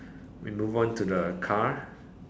we move on to the car